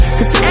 Cause